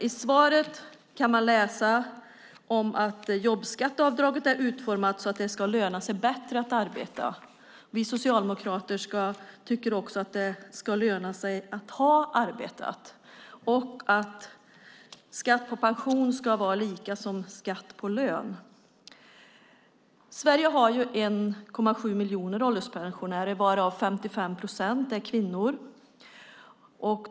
I svaret hör vi att jobbskatteavdraget är utformat så att det ska löna sig bättre att arbeta. Vi socialdemokrater tycker också att det ska löna sig att ha arbetat och att skatten på pension ska vara densamma som skatten på lön. Sverige har 1,7 miljoner ålderspensionärer varav 55 procent är kvinnor.